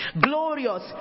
glorious